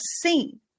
seen